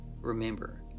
Remember